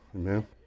Amen